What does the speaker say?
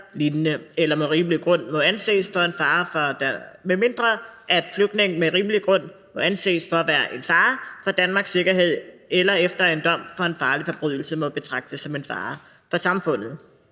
med rimelig grund må anses for at være til fare for Danmarks sikkerhed eller efter dom for en farlig forbrydelse må betragtes som en fare for samfundet.